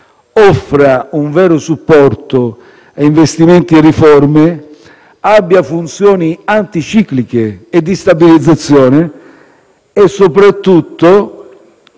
offra un vero supporto a investimenti e riforme, che abbia funzioni anticicliche e di stabilizzazione e, soprattutto,